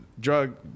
drug